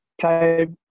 type